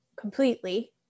completely